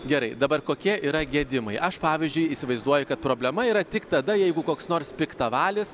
gerai dabar kokie yra gedimai aš pavyzdžiui įsivaizduoju kad problema yra tik tada jeigu koks nors piktavalis